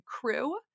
crew